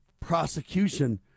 prosecution